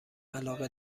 علاقه